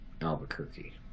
Albuquerque